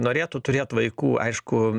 norėtų turėt vaikų aišku